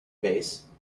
base